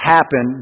Happen